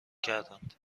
کردند